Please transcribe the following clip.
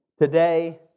today